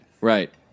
Right